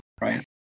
Right